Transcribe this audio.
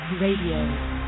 Radio